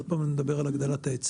עוד פעם אני מדבר על הגדלת ההיצע.